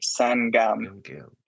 Sangam